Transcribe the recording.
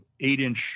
eight-inch